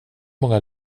många